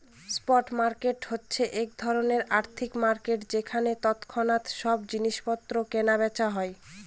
spot market হচ্ছে এক ধরনের আর্থিক মার্কেট যেখানে তৎক্ষণাৎ সব জিনিস পত্র কেনা বেচা হয়